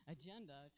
agenda